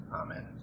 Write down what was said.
Amen